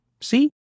See